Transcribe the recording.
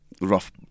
rough